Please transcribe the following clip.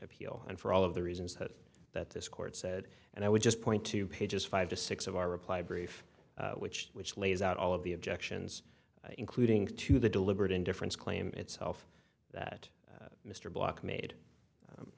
appeal and for all of the reasons that this court said and i would just point to pages five to six of our reply brief which which lays out all of the objections including to the deliberate indifference claim itself that mr block made